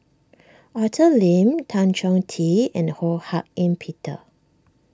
Arthur Lim Tan Chong Tee and Ho Hak Ean Peter